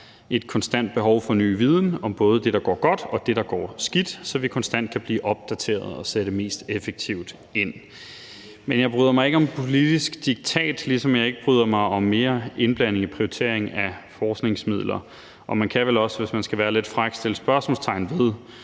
et konstant behov for ny viden, både om det, der går godt, og det, der går skidt, så vi konstant kan blive opdateret og sætte mest effektivt ind. Men jeg bryder mig ikke om politisk diktat, ligesom jeg ikke bryder mig om mere indblanding i prioriteringen af forskningsmidler. Og man kan vel også, hvis man skal være lidt fræk, sætte spørgsmålstegn ved,